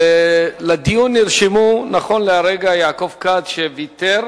לדיון נרשמו, נכון לרגע זה, יעקב כץ, שוויתר,